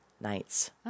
nights